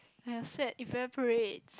your sweat evaporate